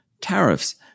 tariffs